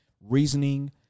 reasoning